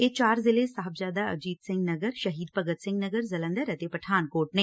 ਇਹ ਚਾਰ ਜ਼ਿਲੇ ਸਾਹਿਬਜ਼ਾਦਾ ਅਜੀਤ ਸਿੰਘ ਨਗਰ ਸ਼ਹੀਦ ਭਗਤ ਸਿੰਘ ਨਗਰ ਜਲੰਧਰ ਅਤੇ ਪਠਾਨਕੋਟ ਨੇ